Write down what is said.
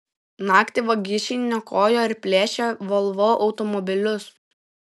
naktį vagišiai niokojo ir plėšė volvo automobilius